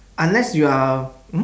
unless you are hmm